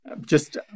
Just-